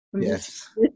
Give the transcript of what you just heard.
Yes